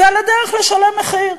ועל הדרך לשלם מחיר.